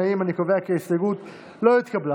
התקבלה.